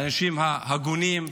האנשים ההגונים,